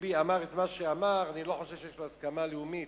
ביבי אמר את מה שאמר ואני לא חושב שיש לו הסכמה לאומית,